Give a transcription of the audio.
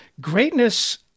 Greatness